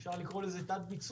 אפשר לקרוא לזה תת-ביצוע.